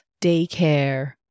daycare